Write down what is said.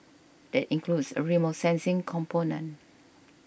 that includes a remote sensing component